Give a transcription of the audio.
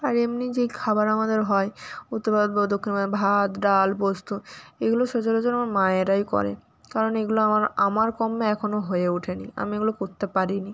আর এমনই যেই খাবার আমাদের হয় উত্তর ভারত বা দক্ষিণ ভাত ডাল পোস্ত এইগুলো সচরাচর আমার মায়েরাই করে কারণ এইগুলো আমার আমার কর্মে এখনও হয়ে ওঠে নি আমি এগুলো করতে পারি নি